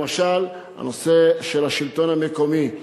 למשל הנושא של השלטון המקומי,